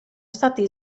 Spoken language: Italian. stati